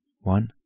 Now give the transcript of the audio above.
One